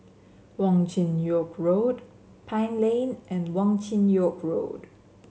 Wong Chin Yoke Road Pine Lane and Wong Chin Yoke Road